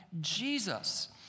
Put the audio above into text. Jesus